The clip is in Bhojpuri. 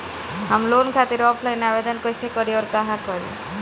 हम लोन खातिर ऑफलाइन आवेदन कइसे करि अउर कहवा करी?